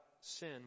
sin